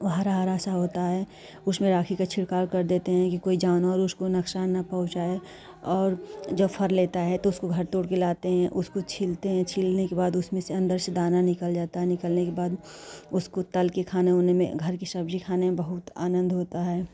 वह हरा हरा सा होता है उसमें राखी का छिड़काव कर देते हैं कि कोई जानवर उसको नकसान ना पहुँचाए और जब फर लेता हैं तो उसको घर तोड़कर लाते हैं उसको छीलते हैं छीलने के बाद उसमें से अंदर से दाना निकल जाता है निकलने के बाद उसको तलकर खाने उने में घर की सब्ज़ी खाने में बहुत आनंद होता है